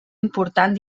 important